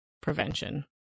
prevention